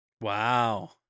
Wow